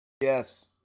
Yes